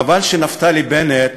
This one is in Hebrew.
חבל שנפתלי בנט,